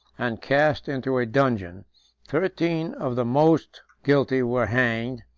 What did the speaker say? and cast into a dungeon thirteen of the most guilty were hanged,